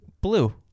blue